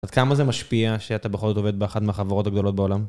עד כמה זה משפיע שאתה, בכל זאת, עובד באחת מהחברות הגדולות בעולם?